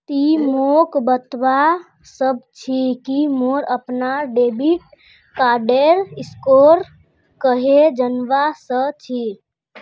ति मोक बतवा सक छी कि मोर अपनार डेबिट कार्डेर स्कोर कँहे जनवा सक छी